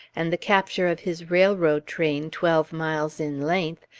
and the capture of his railroad train twelve miles in length,